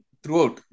throughout